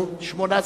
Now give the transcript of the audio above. שמונה סגנים.